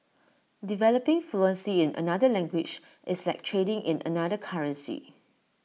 developing fluency in another language is like trading in another currency